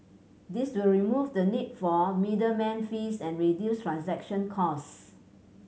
this will remove the need for middleman fees and reduce transaction cost